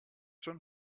sun